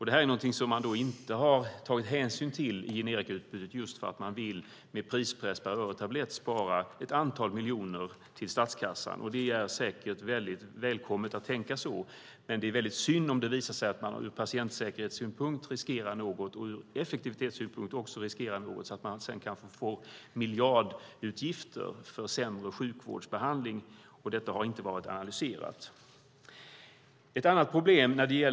Det är något som man inte har tagit hänsyn till i generikautbytet eftersom man vill pressa ned priset per tablett och på så sätt spara ett antal miljoner till statskassan. Det är säkert välkommet att tänka så, men det är synd om det visar sig att man riskerar något ur patientsäkerhetssynpunkt och ur effektivitetssynpunkt och därmed får miljardutgifter för sämre sjukvårdsbehandling. Detta har inte varit analyserat.